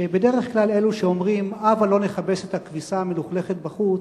שבדרך כלל אלו שאומרים: הבה לא נכבס את הכביסה המלוכלכת בחוץ,